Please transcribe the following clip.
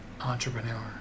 Entrepreneur